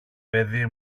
παιδί